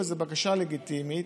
וזו בקשה לגיטימית,